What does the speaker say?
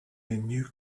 new